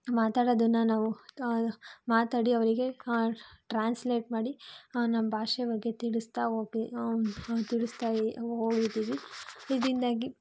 ಮಾತಾಡೋದನ್ನು ನಾವು ಮಾತಾಡಿ ಅವರಿಗೆ ಟ್ರಾನ್ಸ್ಲೇಟ್ ಮಾಡಿ ನಮ್ಮ ಭಾಷೆ ಬಗ್ಗೆ ತಿಳಿಸ್ತಾ ಹೋಗಿ ತಿಳಿಸ್ತಾ ಹೋಗಿದ್ದೀವಿ ಇದರಿಂದಾಗಿ